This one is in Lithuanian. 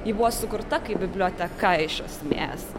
ji buvo sukurta kaip biblioteka iš esmės